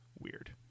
weird